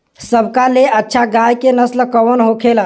सबका ले अच्छा गाय के नस्ल कवन होखेला?